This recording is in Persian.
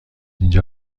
اینجا